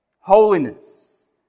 Holiness